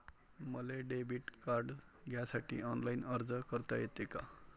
मले debit card घ्यासाठी online अर्ज करता येते का?